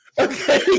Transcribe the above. Okay